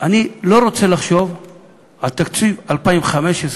אני לא רוצה לחשוב על תקציב 2015,